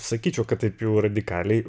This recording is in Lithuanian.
sakyčiau kad taip jau radikaliai